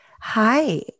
hi